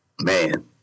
Man